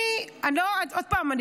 עוד פעם,